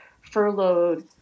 furloughed